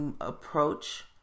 approach